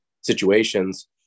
situations